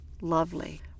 lovely